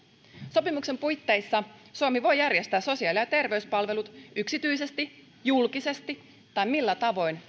sopimuksen puitteissa suomi voi järjestää sosiaali ja terveyspalvelut yksityisesti julkisesti tai millä tavoin